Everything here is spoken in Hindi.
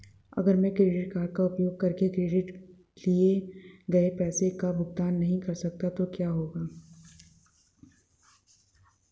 अगर मैं क्रेडिट कार्ड का उपयोग करके क्रेडिट किए गए पैसे का भुगतान नहीं कर सकता तो क्या होगा?